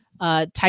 Type